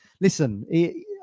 listen